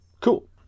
Cool